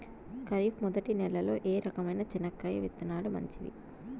ఖరీఫ్ మొదటి నెల లో ఏ రకమైన చెనక్కాయ విత్తనాలు మంచివి